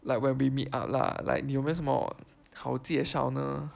like when we meet up lah like 你有没有什么好介绍呢